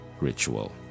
ritual